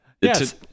Yes